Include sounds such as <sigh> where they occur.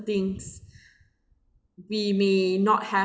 things <breath> we may not